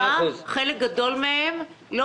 חלק גדול מהם,